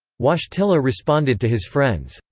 wojtyla responded to his friends,